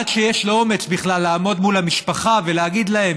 ועד שיש לו אומץ בכלל לעמוד מול המשפחה ולהגיד להם,